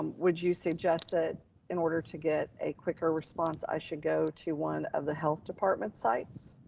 would you suggest that in order to get a quicker response, i should go to one of the health department sites?